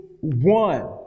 one